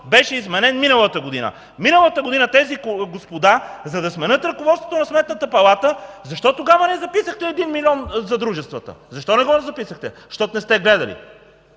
беше изменен тогава. Миналата година тези господа, за да сменят ръководството на Сметната палата... Защо тогава не записахте 1 милион за дружествата? Защо не го записахте? Защото не сте гледали!